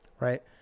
Right